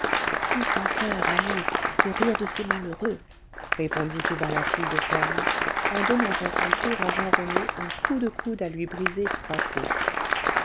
grand sans-coeur allez de rire de ces malheureux répondit tout bas la fille de ferme en donnant à son tour à jean rené un coup de coude à lui briser trois côtes